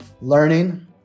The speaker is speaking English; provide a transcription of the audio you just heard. learning